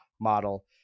model